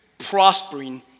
Prospering